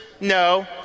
No